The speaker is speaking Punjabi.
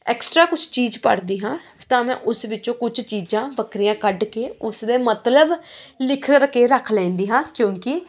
ਐਕਸਟਰਾ ਕੁਛ ਚੀਜ਼ ਪੜਦੀ ਹਾਂ ਤਾਂ ਮੈਂ ਉਸ ਵਿੱਚੋਂ ਕੁਛ ਚੀਜ਼ਾਂ ਵਖਰੀਆਂ ਕੱਢ ਕੇ ਉਸ ਦੇ ਮਤਲਬ ਲਿਖ ਰ ਕੇ ਰੱਖ ਲੈਂਦੀ ਹਾਂ ਕਿਉਂਕਿ